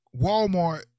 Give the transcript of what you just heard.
Walmart